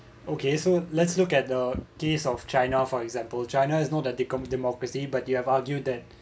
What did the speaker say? okay so let's look at the case of china for example china is not a beacon of democracy but you have argued that